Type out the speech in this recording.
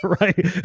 right